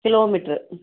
kilometer